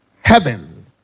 heaven